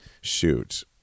shoot